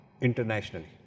internationally